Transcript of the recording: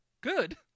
Good